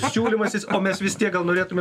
siūlymasis o mes vis tiek gal norėtume